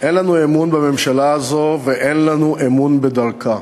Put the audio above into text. אין לנו אמון בממשלה הזאת ואין לנו אמון בדרכה.